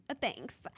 Thanks